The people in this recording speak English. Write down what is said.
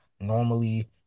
Normally